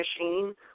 machine